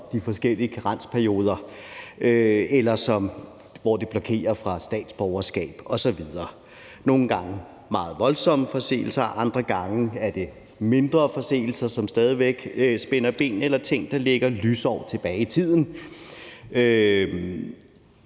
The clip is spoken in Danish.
de forskellige karensperioder, eller hvor noget blokerer for, at de kan få statsborgerskab osv. Nogle gange er der tale om meget voldsomme forseelser, andre gange er det mindre forseelser, som alligevel spænder ben. Eller det kan være ting, der ligger lysår tilbage i tiden.